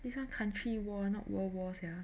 this one country war not world war sia